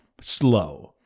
slow